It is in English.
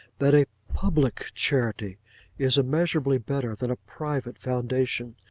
that a public charity is immeasurably better than a private foundation,